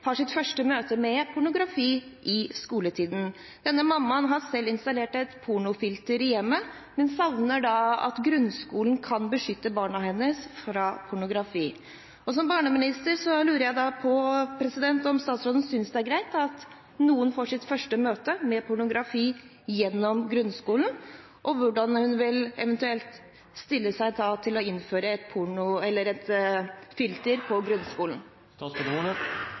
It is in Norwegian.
har sitt første møte med pornografi i skoletiden. Denne mammaen har selv installert et pornofilter i hjemmet, men savner at grunnskolen kan beskytte barna hennes mot pornografi. Jeg lurer på om statsråden, som barneminister, synes det er greit at noen får sitt første møte med pornografi gjennom grunnskolen, og hvordan hun eventuelt vil stille seg til å innføre et filter på grunnskolen.